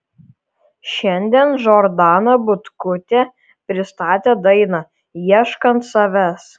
šiandien džordana butkutė pristatė dainą ieškant savęs